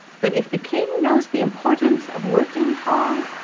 but if the king knows the importance of working hard,